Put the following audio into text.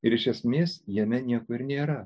ir iš esmės jame nieko ir nėra